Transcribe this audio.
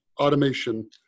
automation